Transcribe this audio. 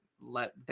let